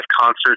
concerts